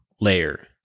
layer